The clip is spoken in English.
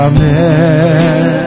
Amen